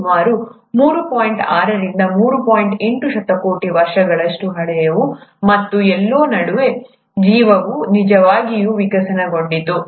8 ಶತಕೋಟಿ ವರ್ಷಗಳಷ್ಟು ಹಳೆಯವು ಮತ್ತು ಎಲ್ಲೋ ನಡುವೆ ಜೀವವು ನಿಜವಾಗಿಯೂ ವಿಕಸನಗೊಂಡಿತು